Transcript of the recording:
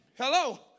Hello